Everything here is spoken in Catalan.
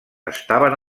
estaven